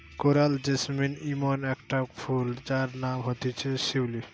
coral jasmine ইমন একটা ফুল যার নাম হতিছে শিউলি